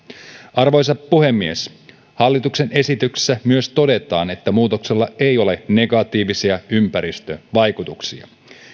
arvoisa puhemies hallituksen esityksessä myös todetaan että muutoksella ei ole negatiivisia ympäristövaikutuksia